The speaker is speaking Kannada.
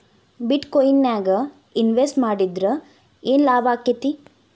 ಬಿಟ್ ಕೊಇನ್ ನ್ಯಾಗ್ ಇನ್ವೆಸ್ಟ್ ಮಾಡಿದ್ರ ಯೆನ್ ಲಾಭಾಕ್ಕೆತಿ?